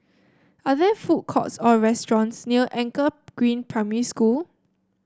are there food courts or restaurants near Anchor Green Primary School